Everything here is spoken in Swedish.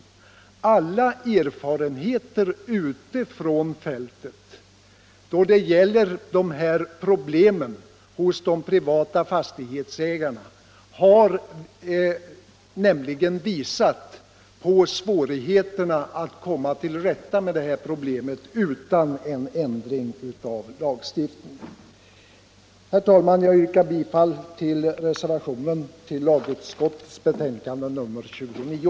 Alla erfarenheter utifrån fältet då det gäller de privatägda fastigheterna har nämligen visat på svårigheterna att komma till rätta med det här problemet utan en ändring av lagstiftningen. Herr talman! Jag yrkar bifall till reservationen vid lagutskottets betänkande nr 29.